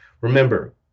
Remember